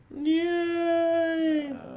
Yay